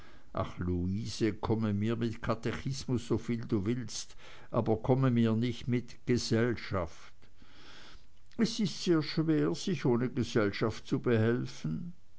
ach luise komme mir mit katechismus soviel du willst aber komme mir nicht mit gesellschaft es ist sehr schwer sich ohne gesellschaft zu behelfen